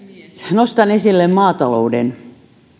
nostan esille maatalouden